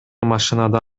машинада